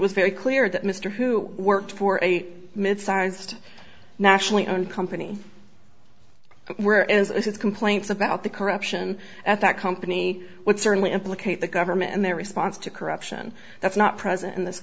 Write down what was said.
was very clear that mr who worked for a mid sized nationally owned company where as i said complaints about the corruption at that company would certainly implicate the government and their response to corruption that's not present in this